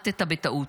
מת בטעות.